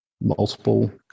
multiple